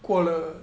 过了 le